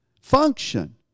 Function